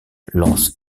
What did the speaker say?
lance